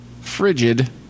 Frigid